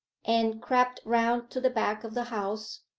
anne crept round to the back of the house,